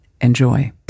Enjoy